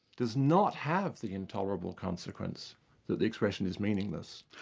does not have the intolerable consequence that the expression is meaningless.